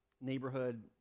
neighborhood